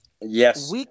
yes